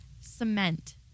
cement